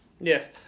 yes